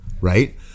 right